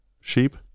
Sheep